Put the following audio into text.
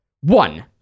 One